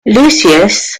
lucius